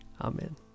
Amen